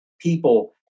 people